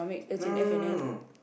no no no no no